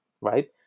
right